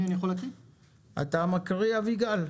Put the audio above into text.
אתה מקריא או אביגל?